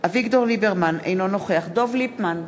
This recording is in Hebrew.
אביגדור ליברמן, אינו נוכח דב ליפמן,